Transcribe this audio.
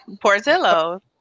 Portillo